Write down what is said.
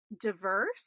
diverse